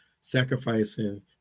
sacrificing